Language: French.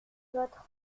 votre